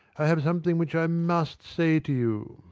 i have something which i must say to you.